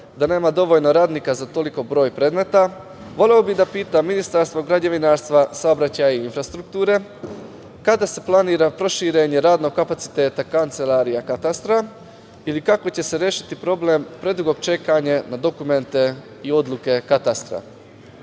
da nema dovoljno radnika za toliki broj predmeta, voleo bih da pitam ministra građevinarstva, saobraćaja i infrastrukture, kada se planira proširenje radnog kapaciteta kancelarija katastra ili kako će se rešiti problem predugog čekanja na dokumenta i odluke katastra? Ubeđen